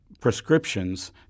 prescriptions